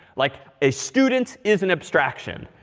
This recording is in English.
like, a student is an abstraction.